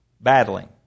Battling